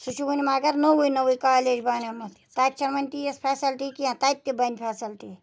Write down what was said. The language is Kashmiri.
سُہ چھُ وٕنۍ مگر نوٚوُے نوٚوُے کالیج بَنیومُت تَتہِ چھَنہٕ وٕنۍ تیٖژ فیسلٹی کینٛہہ تَتہِ تہِ بَنہِ فیسلٹی